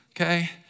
okay